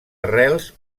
arrels